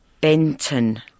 Benton